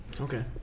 okay